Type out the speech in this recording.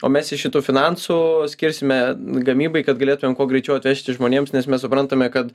o mes iš šitų finansų skirsime gamybai kad galėtumėm kuo greičiau atvežti žmonėms nes mes suprantame kad